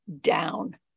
down